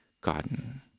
Garden